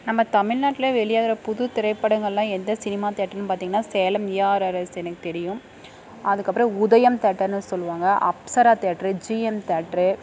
நம்ம தமிழ்நாட்டில் வெளியாகிற புது திரைப்படங்களெலாம் எந்த சினிமா தேட்ருன்னு பார்த்திங்கன்னா சேலம் ஏஆர்ஆர்எஸ் எனக்கு தெரியும் அதுக்கப்புறம் உதயம் தேட்டர்னு சொல்லுவாங்க அப்ஸரா தேட்ரு ஜிஎம் தேட்ரு